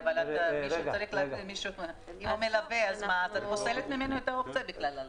אז את פוסלת מהמלווה את האופציה לעלות.